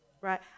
right